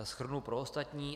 Shrnu pro ostatní.